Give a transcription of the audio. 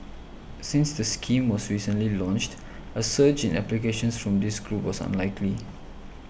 since the scheme was recently launched a surge in applications from this group was unlikely